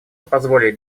позволить